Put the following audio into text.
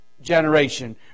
generation